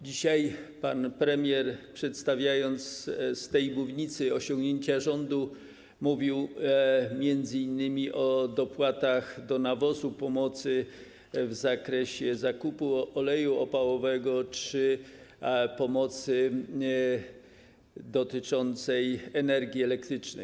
Dzisiaj pan premier, przedstawiając z tej mównicy osiągnięcia rządu, mówił m.in. o dopłatach do nawozów, pomocy w zakresie zakupu oleju opałowego czy pomocy dotyczącej energii elektrycznej.